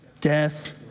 Death